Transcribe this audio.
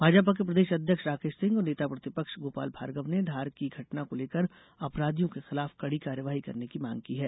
भाजपा के प्रद्रेश अध्यक्ष राकेश सिंह और नेता प्रतिपक्ष गोपाल भार्गव ने धार की घटना को लेकर अपराधियों के खिलाफ कड़ी कार्यवाही करने की मांग की है